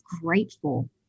grateful